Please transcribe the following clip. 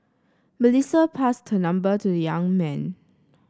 Melissa passed her number to the young man